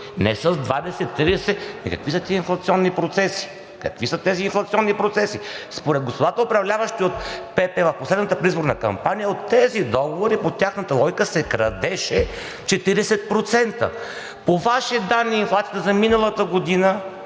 процеси?! Какви са тези инфлационни процеси?! Според господата управляващи от ПП в последната предизборна кампания от тези договори по тяхната логика се крадеше 40%. По Ваши данни инфлацията за миналата година